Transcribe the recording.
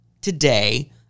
today